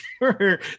sure